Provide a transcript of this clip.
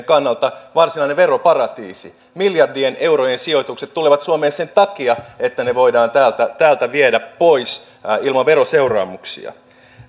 kannalta varsinainen veroparatiisi miljardien eurojen sijoitukset tulevat suomeen sen takia että ne voidaan täältä täältä viedä pois ilman veroseuraamuksia